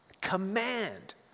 command